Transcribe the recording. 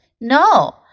No